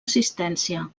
assistència